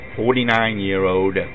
49-year-old